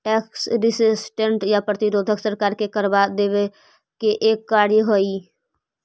tax resistance या कर प्रतिरोध सरकार के करवा देवे के एक कार्य हई